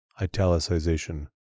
italicization